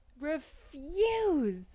refuse